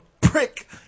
prick